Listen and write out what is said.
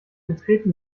betreten